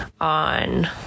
on